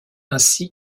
ainsi